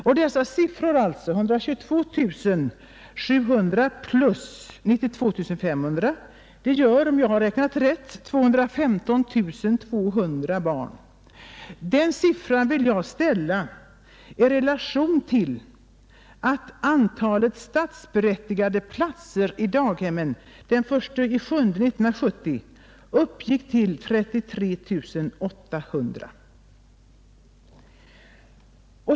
Om jag har räknat rätt blir det således 215 200 barn, och den siffran vill jag ställa i relation till att antalet statsbidragsberättigade platser i daghemmen den 1 juli 1970 utgjorde 33 800.